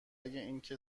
اینکه